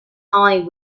eye